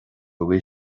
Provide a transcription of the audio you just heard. bhfuil